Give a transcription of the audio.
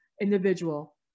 individual